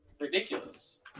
ridiculous